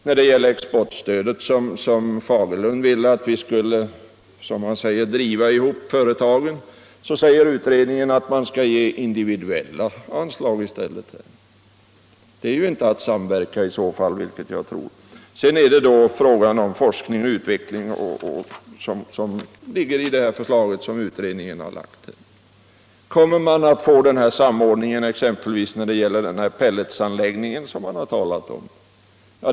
När det gäller exportstödet — där herr Fagerlund ville ”driva ihop företagen” — säger utredningen att man skall ge individuella anslag. Det är ju inte att samverka. Utredningens förslag innefattar vidare frågan om forskning och utveckling. Kommer man att få till stånd en samordning exempelvis beträffande den pelletanläggning som nämns i utredningen?